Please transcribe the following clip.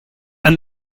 and